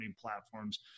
platforms